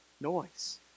noise